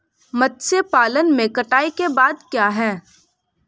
मत्स्य पालन में कटाई के बाद क्या है?